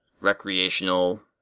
recreational